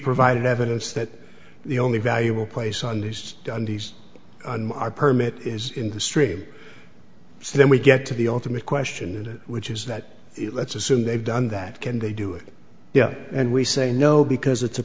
provided evidence that the only valuable place on these studies are permit is industry so then we get to the ultimate question which is that it let's assume they've done that can they do it and we say no because it's a